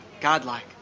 godlike